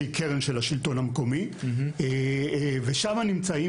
שהיא קרן של השלטון המקומי ושם נמצאים